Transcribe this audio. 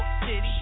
City